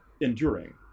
enduring